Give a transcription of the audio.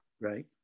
right